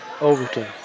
Overton